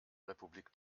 republik